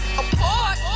apart